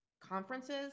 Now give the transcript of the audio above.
conferences